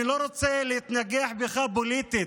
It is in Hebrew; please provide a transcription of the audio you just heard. אני לא רוצה להתנגח בך פוליטית,